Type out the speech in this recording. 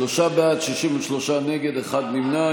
שלושה בעד, 63 נגד, אחד נמנע.